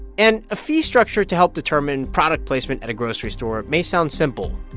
and a fee structure to help determine product placement at a grocery store may sound simple.